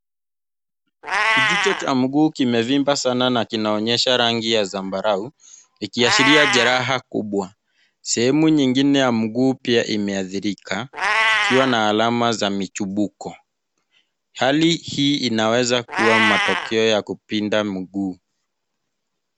Kijicho cha mguu kimevimba sana na kinaonyesha rangi ya zambarau ikiashiria jereha kubwa. Sehemu nyingine ya mguu pia imeadhirika ikiwa na alama za michibuko. Hali hii inaweza kuwa matokeo ya kupinda mguu.